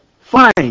fine